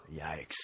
Yikes